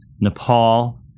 Nepal